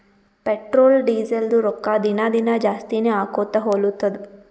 petrol, ಡೀಸೆಲ್ದು ರೊಕ್ಕಾ ದಿನಾ ದಿನಾ ಜಾಸ್ತಿನೇ ಆಕೊತ್ತು ಹೊಲತ್ತುದ್